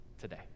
today